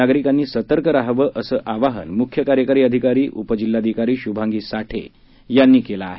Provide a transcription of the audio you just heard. नागरीकांनी सतर्क रहाव अस आवाहन मुख्य कार्यकारी अधिकारी उपजिल्हाधिकारी शुभांगी साठे यांनी केल आहे